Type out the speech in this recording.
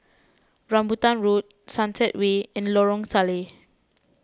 Rambutan Road Sunset Way and Lorong Salleh